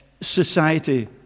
society